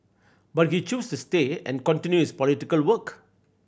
but he chose to stay and continue his political work